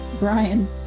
Brian